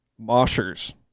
moshers